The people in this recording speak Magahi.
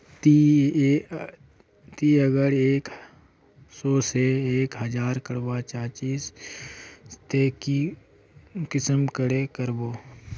ती अगर एक सो से एक हजार करवा चाँ चची ते कुंसम करे करबो?